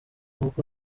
kuko